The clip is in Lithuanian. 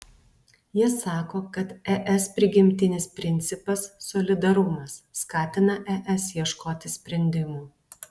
jie sako kad es prigimtinis principas solidarumas skatina es ieškoti sprendimų